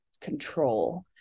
control